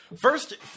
First